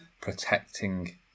protecting